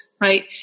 right